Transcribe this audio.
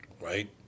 right